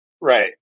Right